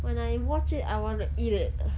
when I watch it I want to eat it ugh